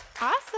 Awesome